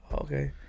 Okay